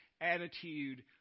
attitude